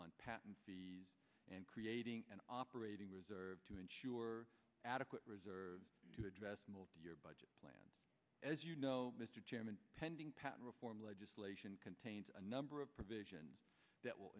on patents and creating an operating reserve to ensure adequate reserves to address your budget plan as you know mr chairman pending patent reform legislation contains a number of provisions that will